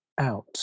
out